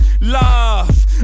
love